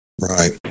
right